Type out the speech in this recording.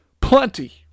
Plenty